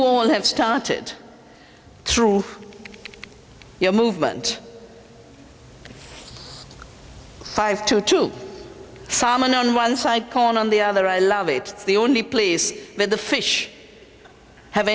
all have started through your movement five to two salmon on one side corn on the other i love it is the only place where the fish have